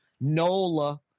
NOLA